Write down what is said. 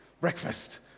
breakfast